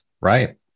Right